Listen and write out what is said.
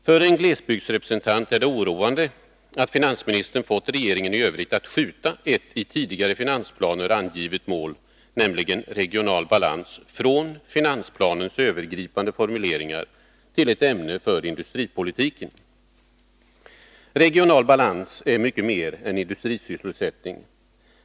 För en glesbygdsrepresentant är det oroande att finansministern fått regeringen i övrigt att skjuta över ett i tidigare finansplaner angivet mål, nämligen regional balans, från finansplanens övergripande formuleringar till ett ämne för industripolitiken. Regional balans är mycket mer än industrisysselsättning.